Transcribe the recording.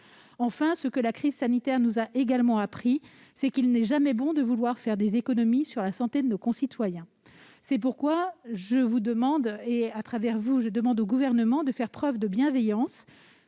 Enfin, ce que la crise sanitaire nous a également appris, c'est qu'il n'est jamais bon de vouloir faire des économies sur la santé de nos concitoyens. C'est pourquoi je demande au Gouvernement de faire preuve de bienveillance